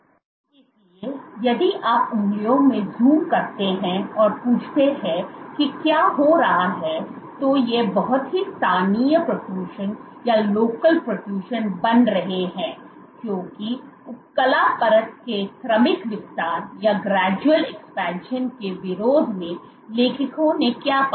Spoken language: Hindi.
इसलिए यदि आप उंगलियों में ज़ूम करते हैं और पूछते हैं कि क्या हो रहा है तो ये बहुत ही स्थानीय प्रोट्रिएशन बन रहे हैं क्योंकि उपकला परत के क्रमिक विस्तार के विरोध में लेखकों ने क्या पाया